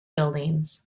buildings